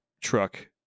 truck